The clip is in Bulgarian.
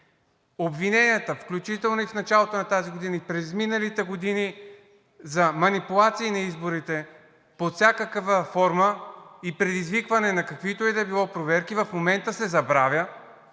Обвиненията, включително в началото на тази година и през изминалите години, за манипулация на изборите под всякаква форма и предизвикване на каквито и да било проверки, в момента се забравя,